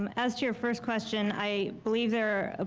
um as to your first question, i believe there ah